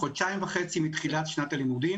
חודשיים וחצי מתחילת שנת הלימודים